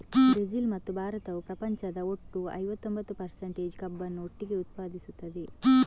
Brazil ಮತ್ತು ಭಾರತವು ಪ್ರಪಂಚದ ಒಟ್ಟು ಐವತ್ತೊಂಬತ್ತು ಪರ್ಸಂಟೇಜ್ ಕಬ್ಬನ್ನು ಒಟ್ಟಿಗೆ ಉತ್ಪಾದಿಸುತ್ತದೆ